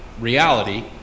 reality